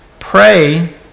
pray